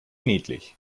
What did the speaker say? niedlich